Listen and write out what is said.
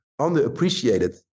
underappreciated